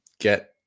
get